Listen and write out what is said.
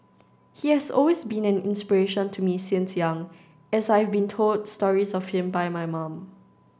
he has always been an inspiration to me since young as I've been told stories of him by my mum